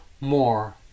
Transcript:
more